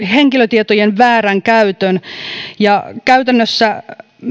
henkilötietojen väärän käytön ja kun käytännössä